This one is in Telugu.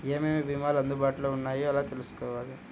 ఏమేమి భీమాలు అందుబాటులో వున్నాయో ఎలా తెలుసుకోవాలి?